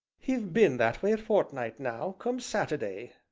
he've been that way a fortnight now, come satu'day,